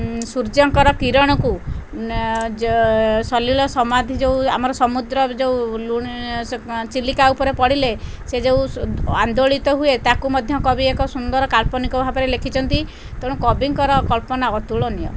ସୂର୍ଯ୍ୟଙ୍କର କିରଣକୁ ସଲିଳ ସମାଧି ଯେଉଁ ଆମର ସମୁଦ୍ରର ଯେଉଁ ଚିଲିକା ଉପରେ ପଡ଼ିଲେ ସେ ଯେଉଁ ଆନ୍ଦୋଳିତ ହୁଏ ତାକୁ ମଧ୍ୟ କବି ଏକ ସୁନ୍ଦର କାଳ୍ପନିକ ଭାବରେ ଲେଖିଛନ୍ତି ତେଣୁ କବିଙ୍କର କଳ୍ପନା ଅତୁଳନୀୟ